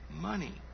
money